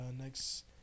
next